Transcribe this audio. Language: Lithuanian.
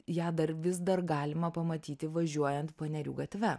ją dar vis dar galima pamatyti važiuojant panerių gatve